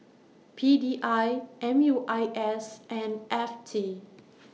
P D I M U I S and F T